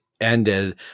ended